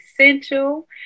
Essential